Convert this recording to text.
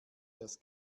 das